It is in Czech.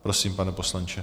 Prosím, pane poslanče.